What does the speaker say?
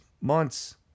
months